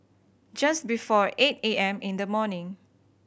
just before eight A M in the morning